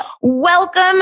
Welcome